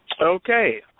Okay